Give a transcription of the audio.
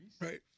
right